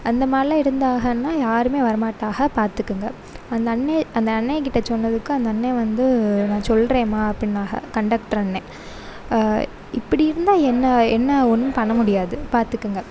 அந்த மாதிரிலான் இருந்தாகனா யாருமே வர மாட்டாக பார்த்துக்குங்க அந்த அண்ணே அந்த அண்ணே கிட்ட சொன்னதுக்கு அந்த அண்ணே வந்து நான் சொல்கிறேம்மா அப்படின்னாக கண்டக்டர் அண்ணே இப்படி இருந்தால் என்ன என்ன ஒன்றும் பண்ண முடியாது பார்த்துக்குங்க